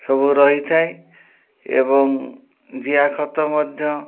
ସବୁ ରହିଥାଏ ଏବଂ ଜିଆ ଖତ ମଧ୍ୟ